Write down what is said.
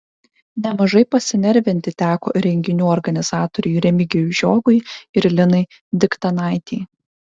nemažai pasinervinti teko renginių organizatoriui remigijui žiogui ir linai diktanaitei